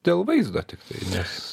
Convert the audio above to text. dėl vaizdo tiktai nes